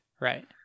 Right